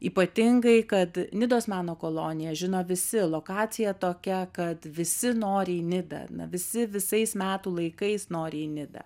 ypatingai kad nidos meno kolonija žino visi lokacija tokia kad visi nori į nidą na visi visais metų laikais nori į nidą